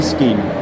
Scheme